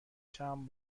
چند